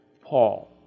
Paul